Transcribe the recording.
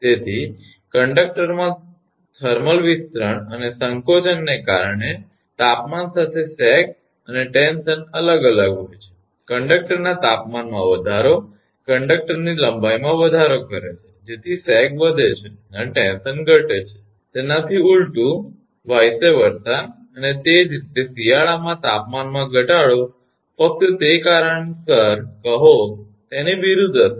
તેથી કંડક્ટરના થર્મલ વિસ્તરણ અને સંકોચનને કારણે તાપમાન સાથે સેગ અને ટેન્શન અલગ અલગ હોય છે કંડકટરના તાપમાનમાં વધારો કંડકટરની લંબાઈમાં વધારો કરે છે તેથી સેગ વધે છે અને ટેન્શન ઘટે છે અને તેનાથી ઊલટું અને તે જ રીતે શિયાળામાં તાપમાનમાં ઘટાડો ફક્ત તે કારણોસર કહો તેની વિરુદ્ધ અસર છે